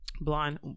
Blonde